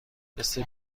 تست